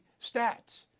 stats